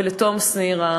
ולתום שניר,